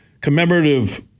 commemorative